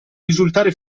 risultare